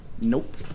Nope